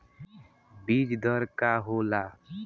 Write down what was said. बीज दर का होला?